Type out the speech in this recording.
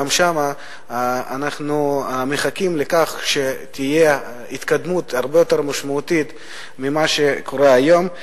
גם שם אנחנו מחכים להתקדמות הרבה יותר משמעותית ממה שקורה היום.